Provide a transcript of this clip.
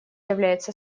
является